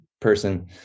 person